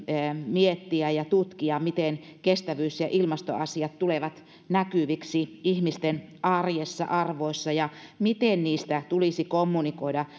miettiä ja tutkia miten kestävyys ja ilmastoasiat tulevat näkyviksi ihmisten arjessa arvoissa ja miten niistä tulisi kommunikoida